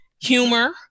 humor